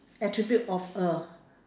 attribute of a